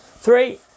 Three